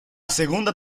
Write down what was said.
segunda